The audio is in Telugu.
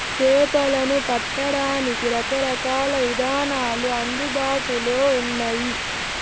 చేపలను పట్టడానికి రకరకాల ఇదానాలు అందుబాటులో ఉన్నయి